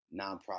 nonprofit